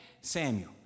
Samuel